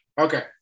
Okay